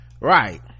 right